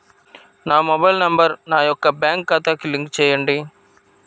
నా mobile number నా యొక్క బ్యాంక్ ఖాతాకి లింక్ చేయండీ?